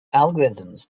algorithms